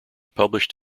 published